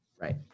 Right